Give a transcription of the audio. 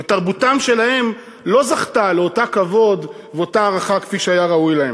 ותרבותם שלהם לא זכתה לאותו כבוד ואותה הערכה כפי שהיה ראוי להם.